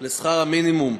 לשכר המינימום),